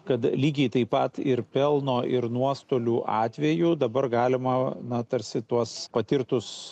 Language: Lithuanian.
kad lygiai taip pat ir pelno ir nuostolių atveju dabar galima na tarsi tuos patirtus